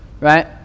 right